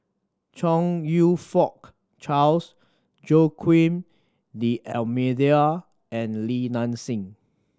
Chong You Fook Charles Joaquim D'Almeida and Li Nanxing